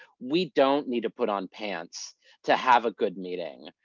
we don't need to put on pants to have a good meeting.